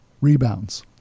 rebounds